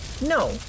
No